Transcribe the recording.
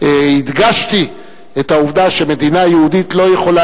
הדגשתי את העובדה שמדינה יהודית לא יכולה